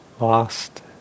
lost